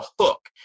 hook